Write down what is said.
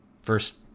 First